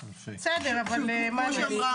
בסדר, מה אני אגיד.